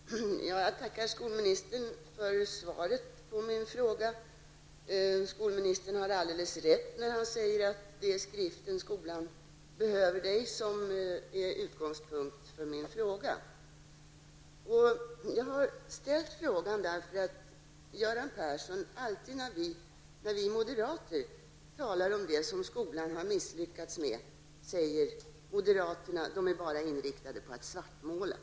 Herr talman! Jag tackar skolministern för svaret på min fråga. Skolministern har alldeles rätt när han säger att det är skriften Skolan behöver dig som är utgångspunkten för min fråga. Jag har ställt frågan därför att Göran Persson alltid när vi moderater talar om det som skolan har misslyckats med säger, att moderaterna bara är inriktade på att svartmåla.